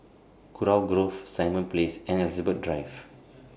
Kurau Grove Simon Place and Elizabeth Drive